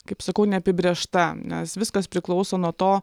kaip sakau neapibrėžta nes viskas priklauso nuo to